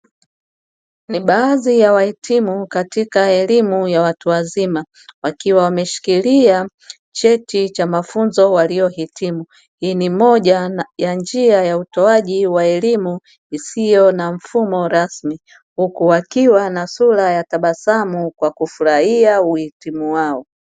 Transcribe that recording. Ni baadhi ya wahitimu katika elimu ya watu wazima wakiwa wameshikilia cheti cha mafunzo waliyohitimu, hii ni moja ya njia ya utoaji wa elimu isiyo na mfumo rasmi, huku wakiwa na sura ya tabasamu kwa kufuraia uhitimu wao.